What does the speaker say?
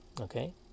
okay